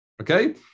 Okay